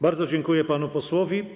Bardzo dziękuję panu posłowi.